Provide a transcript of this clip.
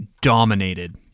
dominated